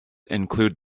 include